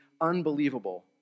unbelievable